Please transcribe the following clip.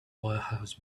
warehouse